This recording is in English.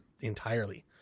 entirely